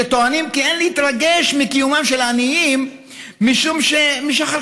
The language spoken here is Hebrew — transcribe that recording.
שטוענים כי אין להתרגש מקיומם של עניים משום שמשחר